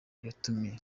yatumiye